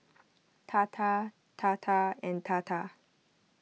Tata Tata and Tata